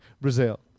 Brazil